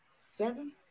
seven